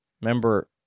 Remember